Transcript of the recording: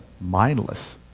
mindless